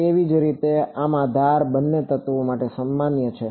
તેવી જ રીતે આમાં ધાર બંને તત્વો માટે સામાન્ય છે